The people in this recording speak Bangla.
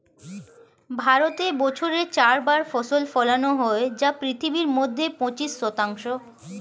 ভারতে বছরে চার বার ফসল ফলানো হয় যা পৃথিবীর মধ্যে পঁচিশ শতাংশ